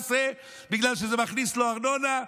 בגלל שזה מכניס לו ארנונה.